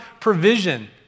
provision